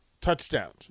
touchdowns